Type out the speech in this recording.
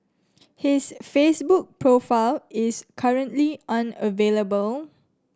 his Facebook profile is currently unavailable